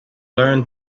learned